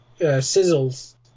sizzles